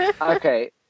okay